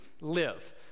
Live